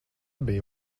bija